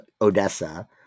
Odessa